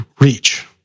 reach